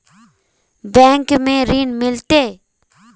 Bank में ऋण मिलते?